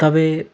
তবে